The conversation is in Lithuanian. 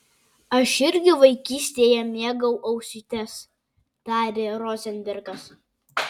aš irgi vaikystėje mėgau ausytes tarė rozenbergas